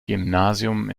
gymnasium